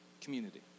community